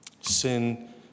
Sin